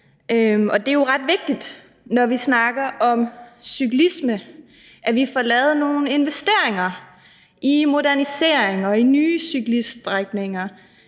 Det er jo ret vigtigt, når vi snakker om cyklisme, at vi får lavet nogle investeringer i modernisering, i nye cykelstrækninger,